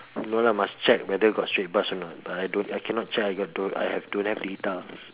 no lah must check whether got straight bus or not but I don't I cannot check I got to I have don't have data